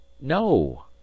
no